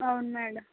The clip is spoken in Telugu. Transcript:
అవును మేడం